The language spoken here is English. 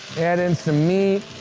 add in some meat.